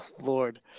Lord